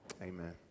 Amen